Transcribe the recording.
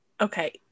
Okay